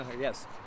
yes